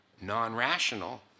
non-rational